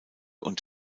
and